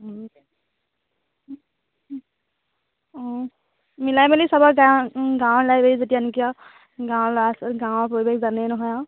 অঁ মিলাই মেলি চাব যাম গাঁৱৰ লাইব্ৰেৰী যেতিয়া নেকি আৰু গাঁৱৰ ল'ৰা গাঁৱৰ পৰিৱেশ জানেই নহয় আৰু